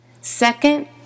Second